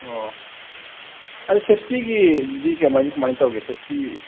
ꯑꯣ ꯑꯗꯣ ꯁꯦꯐꯇꯤꯒꯤꯗꯤ ꯀꯃꯥꯏ ꯀꯃꯥꯏꯅ ꯇꯧꯒꯦ ꯁꯦꯐꯇꯤ